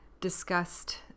discussed